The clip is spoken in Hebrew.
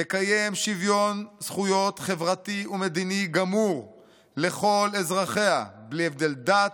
תקיים שוויון זכויות חברתי ומדיני גמור לכל אזרחיה בלי הבדל דת,